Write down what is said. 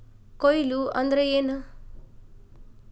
ಕೊಯ್ಲು ಅಂದ್ರ ಏನ್?